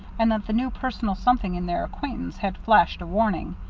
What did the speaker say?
and that the new personal something in their acquaintance had flashed a warning.